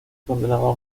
condenado